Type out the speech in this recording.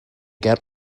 get